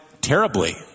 terribly